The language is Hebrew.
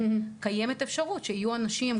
קיימת אפשרות שיהיו אנשים,